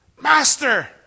Master